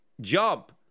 jump